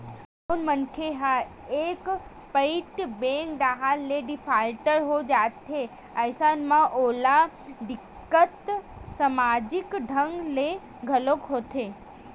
जउन मनखे ह एक पइत बेंक डाहर ले डिफाल्टर हो जाथे अइसन म ओला दिक्कत समाजिक ढंग ले घलो होथे